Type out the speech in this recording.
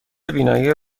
بینایی